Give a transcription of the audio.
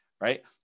Right